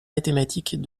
mathématiques